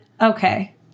okay